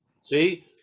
See